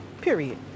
Period